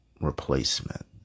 replacement